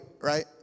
right